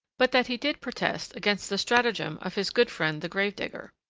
but that he did protest against the stratagem of his good friend the grave-digger,